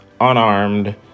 unarmed